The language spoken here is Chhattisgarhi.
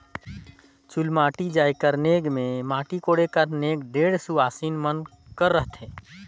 चुलमाटी जाए कर नेग मे माटी कोड़े कर नेग ढेढ़ा सुवासेन मन कर रहथे